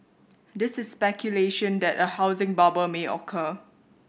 this is speculation that a housing bubble may occur